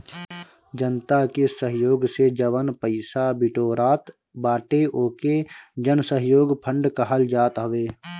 जनता के सहयोग से जवन पईसा बिटोरात बाटे ओके जनसहयोग फंड कहल जात हवे